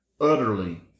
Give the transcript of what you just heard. utterly